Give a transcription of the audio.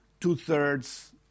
two-thirds